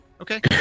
Okay